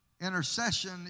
Intercession